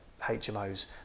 HMOs